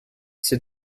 c’est